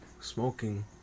smoking